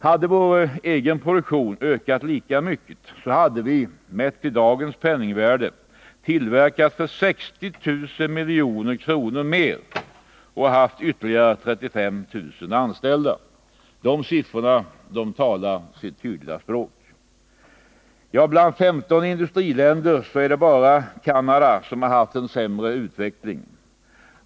Hade vår egen produktion ökat lika mycket hade vi — mätt i dagens penningvärde — tillverkat för 60 000 milj.kr. mer och haft ytterligare 35 000 anställda. De siffrorna talar sitt tydliga språk. Bland 15 industriländer har endast Canada haft en sämre utveckling.